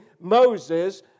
Moses